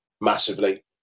Massively